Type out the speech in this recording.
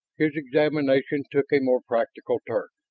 his examination took a more practical turn.